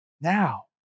Now